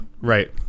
right